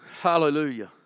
hallelujah